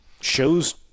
shows